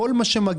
תנו כל מה שמגיע.